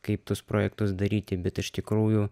kaip tuos projektus daryti bet iš tikrųjų